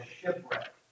shipwreck